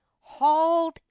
hauled